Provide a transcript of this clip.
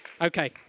Okay